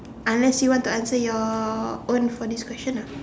unless you want to answer your own for this question ah